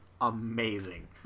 amazing